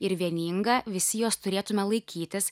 ir vieninga visi jos turėtumėme laikytis